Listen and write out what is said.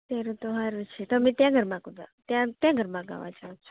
ત્યારે તો સારું જ છે તમે ત્યાં ગરબા કૂદવા ત્યાં ત્યાં ગરબા ગાવા જાઓ છો